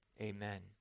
Amen